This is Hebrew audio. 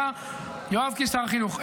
בברכה, יואב קיש, שר החינוך.